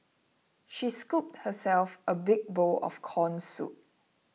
she scooped herself a big bowl of Corn Soup